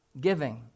Giving